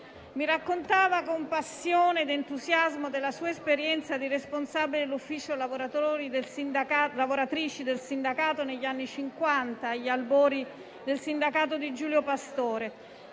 Mi raccontava con passione ed entusiasmo della sua esperienza di responsabile dell'Ufficio lavoratrici del sindacato negli anni Cinquanta, agli albori del sindacato di Giulio Pastore.